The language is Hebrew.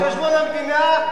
על חשבון המדינה,